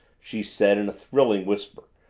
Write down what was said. she said in a thrilling whisper,